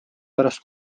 pärast